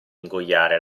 ingoiare